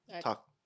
Talk